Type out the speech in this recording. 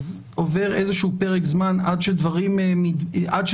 עובר איזשהו פרק זמן עד שדברים מתבררים,